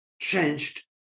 changed